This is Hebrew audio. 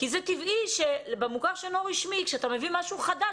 כי זה טבעי שבמוכר שאינו רשמי כשאתה מביא משהו חדש,